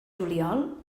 juliol